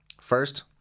First